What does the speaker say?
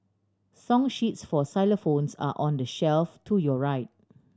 song sheets for xylophones are on the shelf to your right